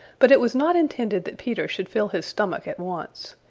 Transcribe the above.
but it was not intended that peter should fill his stomach at once.